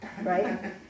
right